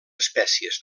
espècies